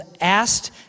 asked